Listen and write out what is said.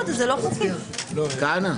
מי נמנע?